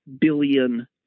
billion